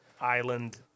Island